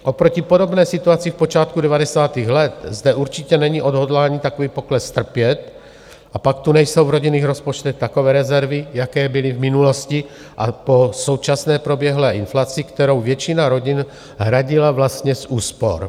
Oproti podobné situaci v počátku devadesátých let zde určitě není odhodlání takový pokles strpět a pak tu nejsou v rodinných rozpočtech takové rezervy, jaké byly v minulosti, a po současné proběhlé inflaci, kterou většina rodin hradila vlastně z úspor.